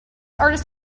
artist